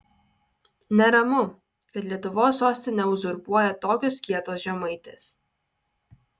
neramu kad lietuvos sostinę uzurpuoja tokios kietos žemaitės